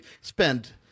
spend